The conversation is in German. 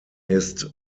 ist